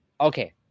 okay